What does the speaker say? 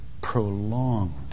prolonged